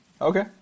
Okay